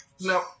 No